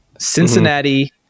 Cincinnati